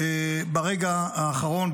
ברגע האחרון,